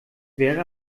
wäre